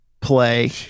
play